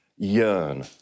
yearn